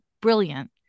brilliant